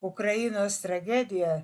ukrainos tragedija